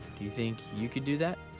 you think you could do that?